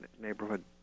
neighborhood